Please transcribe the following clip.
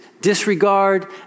disregard